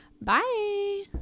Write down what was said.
Bye